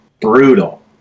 brutal